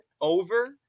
over